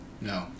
no